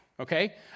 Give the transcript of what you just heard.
Okay